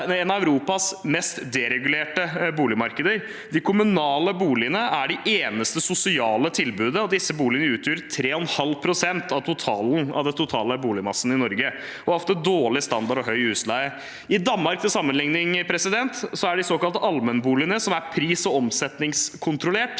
et av Europas mest deregulerte boligmarkeder. De kommunale boligene er det eneste sosiale tilbudet. Disse boligene utgjør 3,5 pst. av totalen av den totale boligmassen i Norge og har ofte dårlig standard og høy husleie. I Danmark, til sammenligning, utgjør de såkalte allmenboligene, som er pris- og omsetningskontrollert,